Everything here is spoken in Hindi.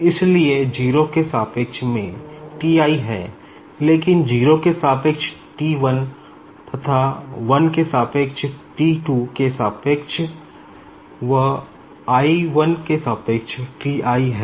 इसलिए 0 के सम्बन्ध में T i है लेकिन 0 के सापेक्ष T 1 तथा 1 के सापेक्ष T 2 के सापेक्ष व i 1 के सापेक्ष T i है